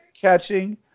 catching